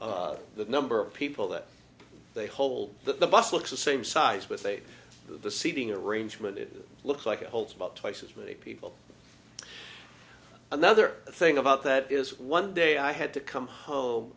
that the number of people that they hold the bus looks the same size with eight of the seating arrangement it looks like it holds about twice as many people another thing about that is one day i had to come home